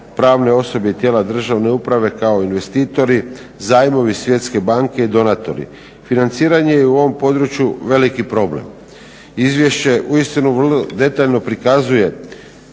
pravne osobe i tijela državne uprave kao investitori, zajmovi Svjetske banke i donatori. Financiranje i u ovom području je veliki problem. Izvješće uistinu vrlo detaljno prikazuje